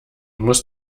muss